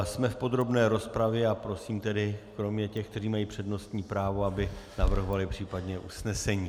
Jsme v podrobné rozpravě a já prosím tedy kromě těch, kteří mají přednostní právo, aby navrhovali případně usnesení.